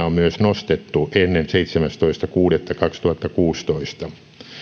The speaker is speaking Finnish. on myös nostettu ennen seitsemästoista kuudetta kaksituhattakuusitoista